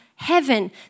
Heaven